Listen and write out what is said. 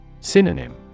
Synonym